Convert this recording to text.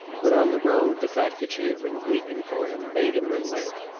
but on the road the fact that she had been weeping for him made him relent.